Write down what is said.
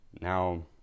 now